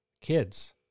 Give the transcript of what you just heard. kids